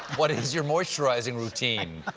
what is your moisturizing routine?